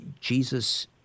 Jesus